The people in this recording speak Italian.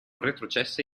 retrocesse